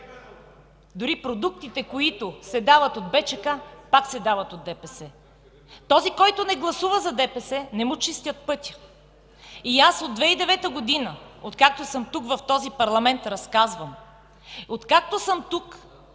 Дори продуктите, които се дават от БЧК, пак се дават от ДПС. На този, който не гласува за ДПС, не му чистят пътя. От 2009 г., откакто съм тук, в този парламент, разказвам. Откакто съм тук